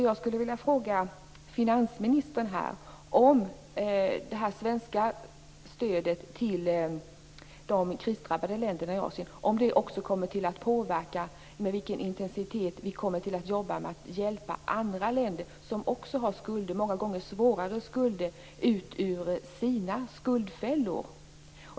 Jag skulle vilja fråga finansministern om det svenska stödet till de krisdrabbade länderna i Asien också kommer att påverka med vilken intensitet vi kommer att jobba för att hjälpa andra länder som också har skulder, många gånger svårare, ut ur sina skuldfällor.